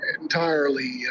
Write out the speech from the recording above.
entirely